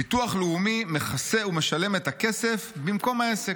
ביטוח לאומי מכסה ומשלם את הכסף במקום העסק.